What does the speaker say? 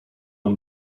him